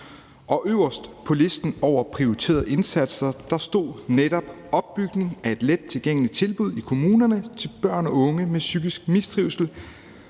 og øverst på listen over prioriterede indsatser stod netop opbygningen af et lettilgængeligt tilbud i kommunerne til børn og unge med psykisk mistrivsel,